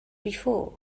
before